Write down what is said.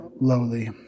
Lowly